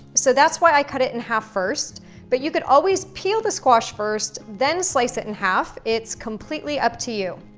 so that's why i cut it in half first but you can always peel the squash first, then slice it in half. it's completely up to you.